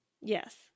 Yes